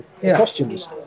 costumes